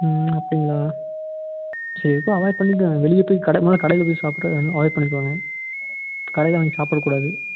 ம் அப்படிங்களா சேஃபாக அவாய்ட் பண்ணிக்கோங்க வெளியே போய் கடை முதல கடையில் போய் சாப்பிட்றத வந்து அவாய்ட் பண்ணிக்கோங்க கடையில் வாங்கி சாப்பிடக்கூடாது